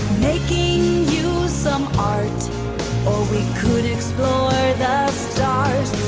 making you some art or we could explore the stars